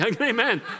Amen